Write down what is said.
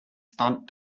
stunt